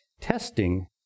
testing